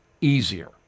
easier